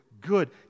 good